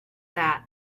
that